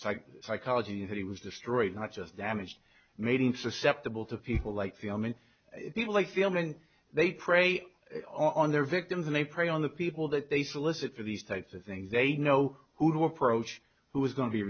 psych psychology that he was destroyed not just damaged mating susceptible to people like the i mean like field and they prey on their victims and they prey on the people that they solicit for these types of things they know who to approach who is going to be